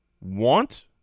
want